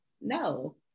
No